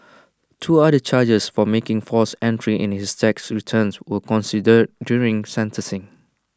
two other charges for making false entries in his tax returns were considered during sentencing